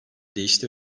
değişti